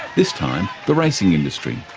this time the racing industry.